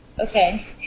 Okay